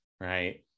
right